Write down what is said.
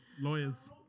lawyers